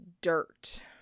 dirt